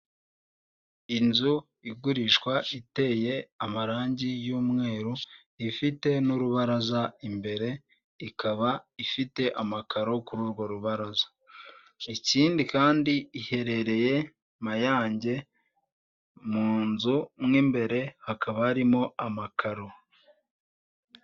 Inzu igurishwa iteye amarangi y'umweru ifite n'urubaraza imbere ikaba ifite amakaro kuri urwo rubaraza, ikindi kandi iherereye mayange mu nzu mo imbere hakaba harimo amakaro.